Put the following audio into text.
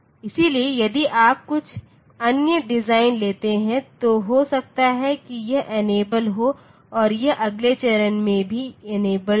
इसलिए यदि आप कुछ अन्य डिज़ाइन लेते हैं तो हो सकता है कि यह इनेबल्ड हो और यह अगले चरण में भी इनेबल्ड हो